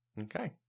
Okay